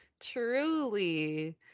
truly